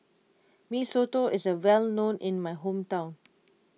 Mee Soto is a well known in my hometown